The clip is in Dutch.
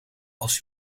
als